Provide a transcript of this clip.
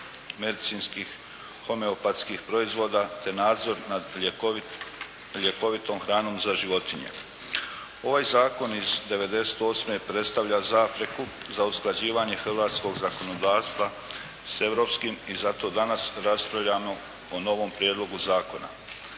homeopatskih proizvoda, te nadzor nad ljekovitom hranom za životinje. Ovaj zakon iz '98. predstavlja zapreku za usklađivanje hrvatskog zakonodavstva s europskim i zato danas raspravljamo o novom prijedlogu zakona.